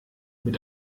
mit